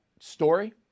story